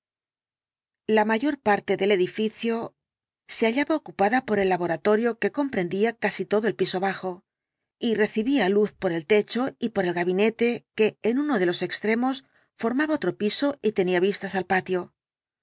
la mayor parte del edificio se hallaba la ultima noche ocupada por el laboratorio que comprendía casi todo el piso bajo y recibía luz por el techo y por el gabinete que en uno de los extremos formaba otro piso y tenía vistas al patio